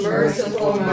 Merciful